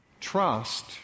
Trust